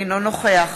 אינו נוכח